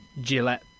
Gillette